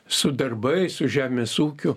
su darbais su žemės ūkiu